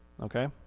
Okay